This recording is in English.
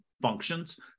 functions